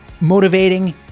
motivating